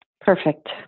Perfect